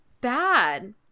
bad